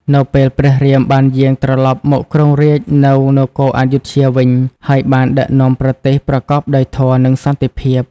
នៅពេលព្រះរាមបានយាងត្រឡប់មកគ្រងរាជ្យនៅនគរអយុធ្យាវិញ ហើយបានដឹកនាំប្រទេសប្រកបដោយធម៌ និងសន្តិភាព ។